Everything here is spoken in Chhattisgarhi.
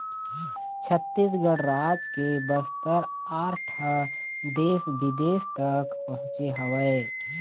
छत्तीसगढ़ राज के बस्तर आर्ट ह देश बिदेश तक पहुँचे हवय